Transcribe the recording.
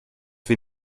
wir